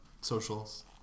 Socials